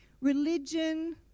Religion